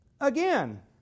again